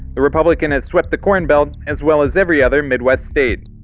the republican has swept the corn belt as well as every other midwest state